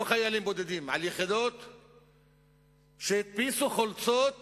לא על חיילים בודדים, שהדפיסו חולצות